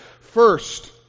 First